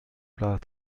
plats